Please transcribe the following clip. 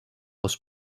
aus